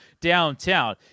downtown